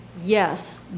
Yes